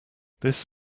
this